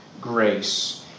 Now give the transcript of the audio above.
grace